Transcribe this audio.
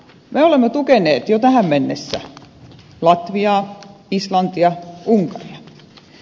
me olemme tukeneet jo tähän mennessä latviaa islantia unkaria